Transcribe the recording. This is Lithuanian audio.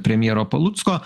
premjero palucko